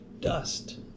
dust